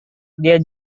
dia